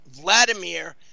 Vladimir